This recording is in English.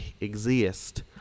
exist